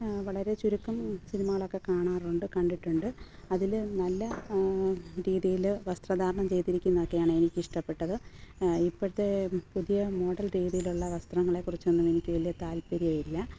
വളരെ ചുരുക്കം സിനിമകളൊക്കെ കാണാറുണ്ട് കണ്ടിട്ടുണ്ട് അതിൽ നല്ല രീതിയിൽ വസ്ത്രധാരണം ചെയ്തിരിക്കുന്നതൊക്കെയാണ് എനിക്കിഷ്ടപ്പെട്ടത് ഇപ്പോഴത്തെ പുതിയ മോഡൽ രീതിയിലുള്ള വസ്ത്രങ്ങളെ കുറിച്ചൊന്നും എനിക്ക് വലിയ താല്പര്യമില്ല